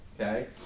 okay